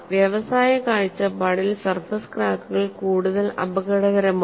വ്യവസായ കാഴ്ചപ്പാടിൽ സർഫസ് ക്രാക്കുകൾ കൂടുതൽ അപകടകരമാണ്